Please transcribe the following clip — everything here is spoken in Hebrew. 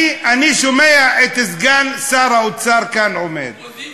אני שומע את סגן שר האוצר כאן עומד, אופוזיציה.